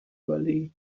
bali